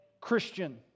Christian